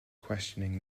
questioning